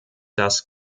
das